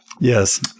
yes